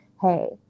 hey